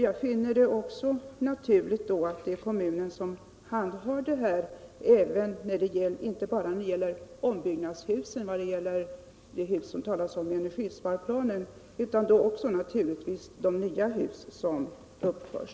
Jag finner att det är naturligt att kommunen handhar denna verksamhet inte bara när det gäller de ombyggnadshus som omtalas i energisparplanen utan också när det gäller uppförandet av nya hus.